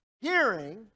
Hearing